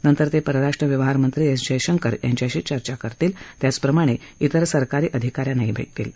नंतर ते परराष्ट्र व्यवहार मंत्री एस जयशंकर यांच्याशी ते चर्चा करतील त्याचप्रमाणे तिर सरकारी अधिका यांनाही भेत्रील